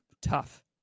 tough